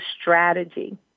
strategy